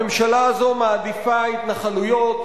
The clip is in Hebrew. הממשלה הזאת מעדיפה התנחלויות,